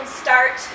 start